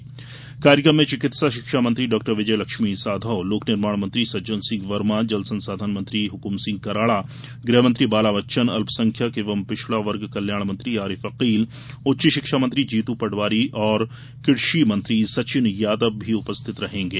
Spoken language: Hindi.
भूमि पूजन कार्यक्रम में चिकित्सा शिक्षा मंत्री डॉ विजयलक्ष्मी साधौ लोक निर्माण मंत्री सज्जन सिंह वर्मा जल संसाधन मंत्री हुकुम सिंह कराड़ा गृह मंत्री बाला बच्चन अल्पसंख्यक एवं पिछड़ा वर्ग कल्याण मंत्री आरिफ अकील उच्च शिक्षा मंत्री जीतू पटवारी और कृषि मंत्री सचिन यादव भी उपस्थित रहेंगे